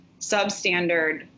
substandard